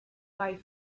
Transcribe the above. fly